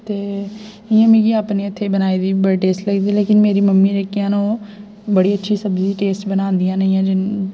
ते इ'यां मिगी अपने हत्थै बनाई दी बड़ी टेस्ट लगदी लेकिन मेरी मम्मी जेह्कियां न ओह् बड़ी अच्छी सब्जी टेस्ट बनांदियां न